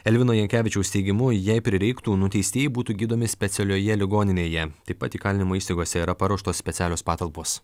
elvino jankevičiaus teigimu jei prireiktų nuteistieji būtų gydomi specialioje ligoninėje taip pat įkalinimo įstaigose yra paruoštos specialios patalpos